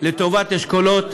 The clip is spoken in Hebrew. הוא לטובת אשכולות